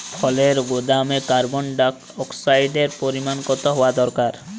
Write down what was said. ফলের গুদামে কার্বন ডাই অক্সাইডের পরিমাণ কত হওয়া দরকার?